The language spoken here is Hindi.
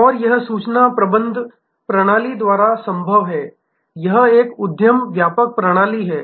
और यह सूचना प्रबंधन प्रणाली द्वारा संभव है यह एक उद्यम व्यापक प्रणाली है